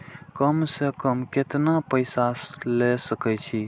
कम से कम केतना पैसा ले सके छी?